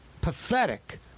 Pathetic